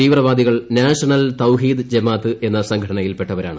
തീവ്രവാദികൾ നാഷണൽ തൌഹീദ് ജമാത്ത് എന്ന സംഘടനയിൽപ്പെട്ടവരാണ്